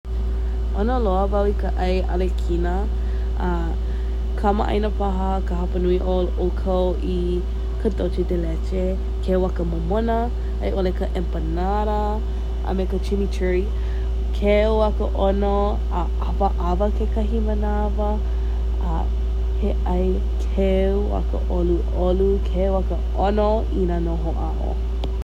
ʻOno loa wau i ka ʻai alekina, a kamaʻaina paha ka hapa nui o ʻoukou i Docheudeleche (?) ke waka momona aiʻole ka empanada, a me ka chimee churee. Keu a ka ʻono a kapaʻawa kekahi manawa a e ʻai keu a ka ʻoluʻolu, keu a ka ʻono i nā nō hoʻaʻo.